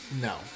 No